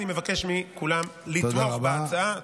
אני מבקש מכולם לתמוך בהצעה.